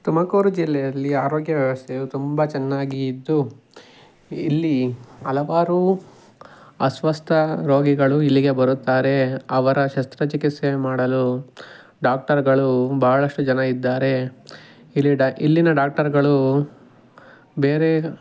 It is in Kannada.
ತುಮಕೂರು ಜಿಲ್ಲೆಯಲ್ಲಿ ಆರೋಗ್ಯ ವ್ಯವಸ್ಥೆಯು ತುಂಬ ಚೆನ್ನಾಗಿ ಇದ್ದು ಇಲ್ಲಿ ಹಲವಾರು ಅಸ್ವಸ್ಥ ರೋಗಿಗಳು ಇಲ್ಲಿಗೆ ಬರುತ್ತಾರೆ ಅವರ ಶಸ್ತ್ರಚಿಕಿತ್ಸೆ ಮಾಡಲು ಡಾಕ್ಟರ್ಗಳು ಬಹಳಷ್ಟು ಜನ ಇದ್ದಾರೆ ಇಲ್ಲಿ ಡ ಇಲ್ಲಿನ ಡಾಕ್ಟರ್ಗಳು ಬೇರೆ